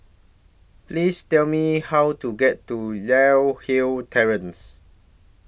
Please Tell Me How to get to Li Hwan Terrace